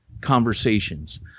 conversations